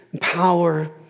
power